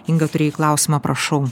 inga turėjai klausimą prašau